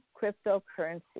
Cryptocurrency